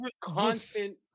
constant